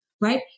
right